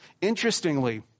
Interestingly